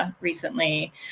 recently